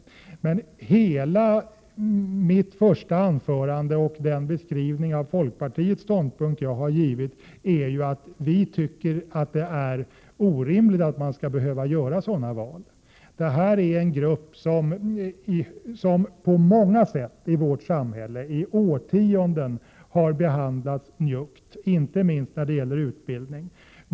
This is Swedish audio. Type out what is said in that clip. Under hela mitt första anförande och vid den beskrivning av folkpartiets ståndpunkt som jag har givit har jag emellertid betonat att vi i folkpartiet anser att det är orimligt att man skall behöva göra sådana val. Det är här fråga om en grupp människor i vårt samhälle som under årtionden på många sätt har behandlats njuggt, inte minst när det gäller utbildning.